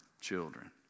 children